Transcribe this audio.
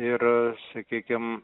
ir sakykim